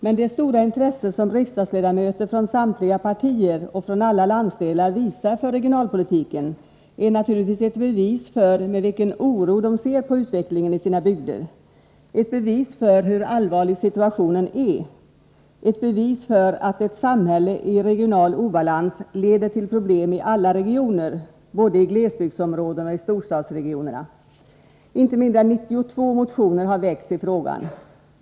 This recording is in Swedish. Men det stora intresse som riksdagsledamöter från samtliga partier och från alla landsdelar visar för regionalpolitiken är naturligtvis ett bevis för att de med oro ser på utvecklingen i sina hembygder, ett bevis för hur allvarlig situationen är och ett bevis för att ett samhälle i regional obalans leder till problem i alla regioner, både i glesbygdsområden och i storstadsregioner. Inte mindre än 92 motioner har väckts i frågan.